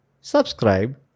Subscribe